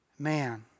Man